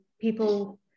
people